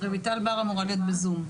רויטל בר אמורה להיות בזום.